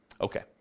Okay